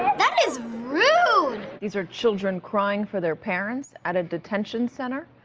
that is rude! these are children crying for their parents at a detention center,